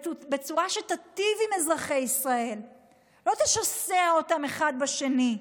בצורה שתיטיב עם אזרחי ישראל ולא תשסה אותם אחד בשני.